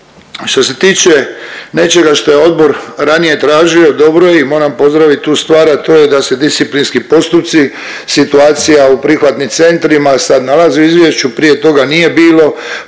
Što se tiče nečega šta je odbor ranije tražio dobro je i moram pozdravit tu stvar, a to je da se disciplinski postupci, situacija u prihvatnim centrima sad nalazi u izvješću, prije toga nije bilo,